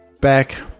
Back